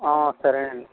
సరే అండి